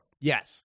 Yes